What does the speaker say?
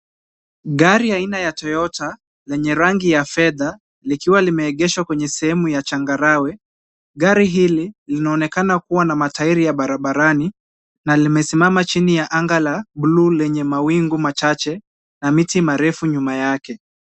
Gari aina ya Toyota lenye rangi ya fedha, likiwa limeegeshwa kwenye sehemu ya changarawe. Gari hili linaonekana kuwa na matairi ya barabarani na limesimama chini ya anga la buluuu lenye mawingu machache na miti mirefu nyuma yake.